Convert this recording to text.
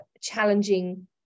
challenging